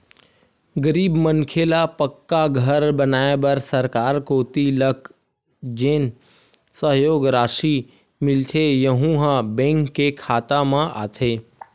गरीब मनखे ल पक्का घर बनवाए बर सरकार कोती लक जेन सहयोग रासि मिलथे यहूँ ह बेंक के खाता म आथे